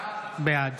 בעד